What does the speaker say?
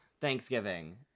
Thanksgiving